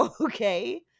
okay